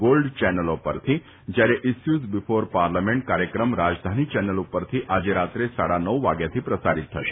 gold ચેનલો પરથી જયારે ઇસ્યુઝ બીફોર પાર્લામેન્ટ કાર્યક્રમ રાજધાની ચેનલ પરથી આજે રાત્રે સાડા નવ વાગ્યાથી પ્રસારીત થશે